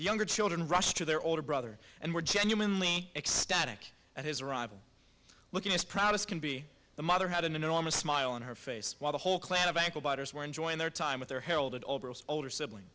younger children rushed to their older brother and were genuinely ecstatic at his arrival looking as proud as can be the mother had an enormous smile on her face while the whole clan of ankle biters were enjoying their time with their heralded older siblings